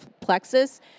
plexus